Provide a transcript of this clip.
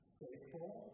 faithful